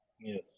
yes